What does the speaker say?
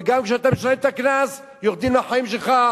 וגם כשאתה משלם את הקנס יורדים לחיים שלך,